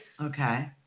Okay